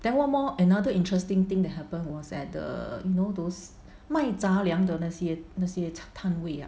then one more another interesting thing that happened was at the you know those 买杂粮的那些那些摊位 ah